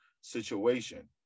situation